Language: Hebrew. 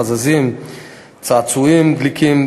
חזיזים וצעצועים דליקים.